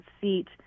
seat